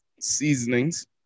seasonings